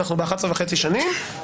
אנחנו ב-11.5 שנים.